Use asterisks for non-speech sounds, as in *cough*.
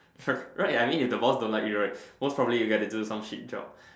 *noise* right if the boss don't like you right most probably you will get to do with some shit job